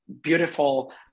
beautiful